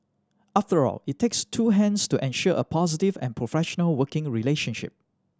after all it takes two hands to ensure a positive and professional working relationship